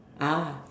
ah